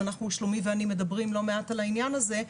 ושלומי ואני מדברים לא מעט על העניין הזה,